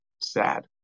Sad